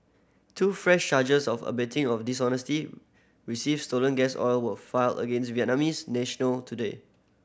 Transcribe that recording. two fresh charges of abetting of dishonesty receive stolen gas oil were filed against a Vietnamese national today